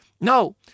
No